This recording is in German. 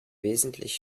wesentlich